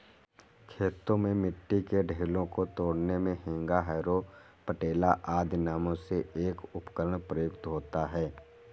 खेतों में मिट्टी के ढेलों को तोड़ने मे हेंगा, हैरो, पटेला आदि नामों से एक उपकरण प्रयुक्त होता है